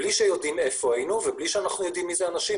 בלי שיודעים איפה היינו ובלי שאנחנו יודעים מי האנשים,